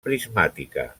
prismàtica